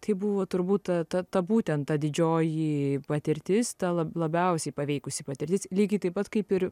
tai buvo turbūt ta ta būtent ta didžioji patirtis ta la labiausiai paveikusi patirtis lygiai taip pat kaip ir